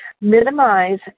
minimize